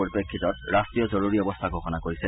পৰিপ্ৰেক্ষিতত ৰাষ্ট্ৰীয় জৰুৰী অৱস্থা ঘোষণা কৰিছে